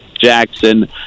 Jackson